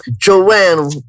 Joanne